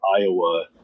iowa